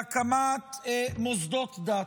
בהקמת מוסדות דת.